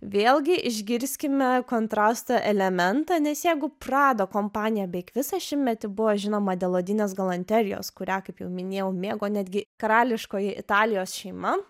vėlgi išgirskime kontrastą elementą nes jeigu prado kompanija beveik visą šimtmetį buvo žinoma dėl odinės galanterijos kurią kaip jau minėjau mėgo netgi karališkoji italijos šeima